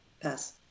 Pass